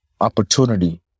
opportunity